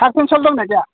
cart pencil दंना गैया